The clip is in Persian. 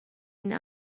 این